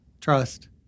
trust